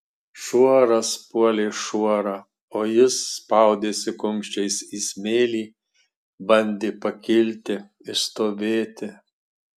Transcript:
šuoras puolė šuorą o jis spaudėsi kumščiais į smėlį bandė pakilti išstovėti